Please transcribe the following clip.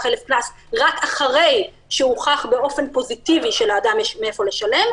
חלף קנס רק אחרי שהוכח באופן פוזיטיבי שלאדם יש מאיפה שלם,